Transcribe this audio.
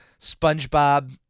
SpongeBob